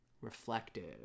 reflective